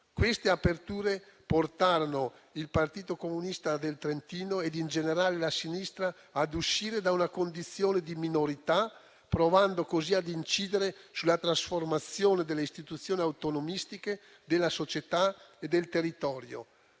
Queste aperture portarono il Partito Comunista del Trentino, e in generale la sinistra, a uscire da una condizione di minorità, provando così ad incidere sulla trasformazione delle istituzioni autonomistiche della società e del territorio.